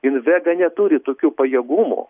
invega neturi tokių pajėgumų